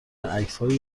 عکسهای